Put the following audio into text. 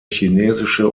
chinesische